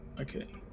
okay